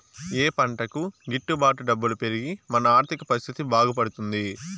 ఏ పంటకు గిట్టు బాటు డబ్బులు పెరిగి మన ఆర్థిక పరిస్థితి బాగుపడుతుంది?